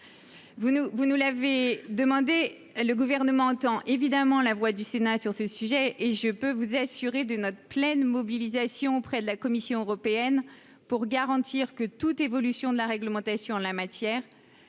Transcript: soumises à autorisation. Le Gouvernement a entendu la voix du Sénat sur ce sujet. Je puis vous assurer de notre pleine mobilisation auprès de la Commission européenne pour garantir que toute évolution de la réglementation en la matière